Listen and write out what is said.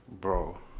Bro